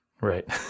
Right